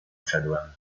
wszedłem